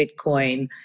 Bitcoin